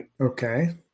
Okay